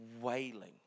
wailing